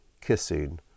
kissing